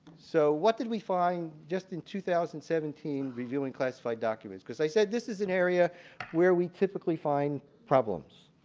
so what did we find just in two thousand and seventeen reviewing classified documents? because i said this is an area where we typically find problems.